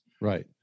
Right